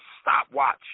stopwatch